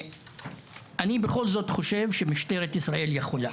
אני בכל זאת חושב שמשטרת ישראל יכולה.